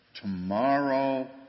tomorrow